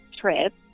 trip